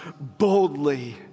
boldly